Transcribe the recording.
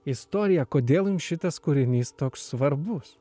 istorija kodėl jums šitas kūrinys toks svarbus